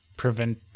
Prevent